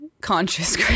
conscious